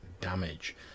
damage